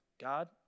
God